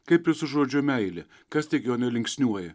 kaip ir su žodžiu meilė kas tik jo nelinksniuoja